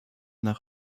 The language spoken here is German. nach